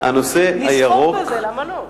למה לא.